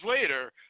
later